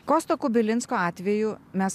kosto kubilinsko atveju mes